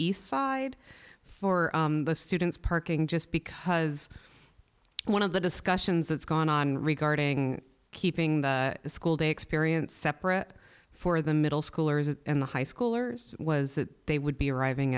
east side for the students parking just because one of the discussions that's gone on regarding keeping the school day experience separate for the middle schoolers and the high schoolers was that they would be arriving